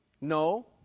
No